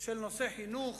בנושא החינוך,